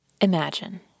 Imagine